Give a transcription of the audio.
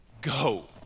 Go